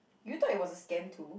did you thought it was a scam too